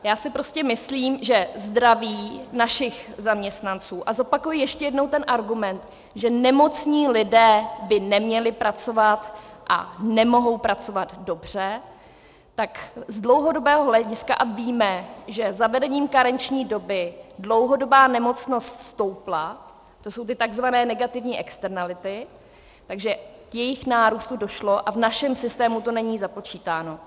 Já si prostě myslím, že zdraví našich zaměstnanců, a zopakuji ještě jednou ten argument, že nemocní lidé by neměli pracovat a nemohou pracovat dobře, tak z dlouhodobého hlediska a víme, že zavedením karenční doby dlouhodobá nemocnost stoupla, to jsou ty takzvané negativní externality, takže k jejich nárůstu došlo, a v našem systém to není započítáno.